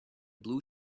blue